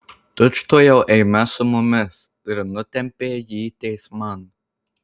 tučtuojau eime su mumis ir nutempė jį teisman